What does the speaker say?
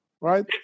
Right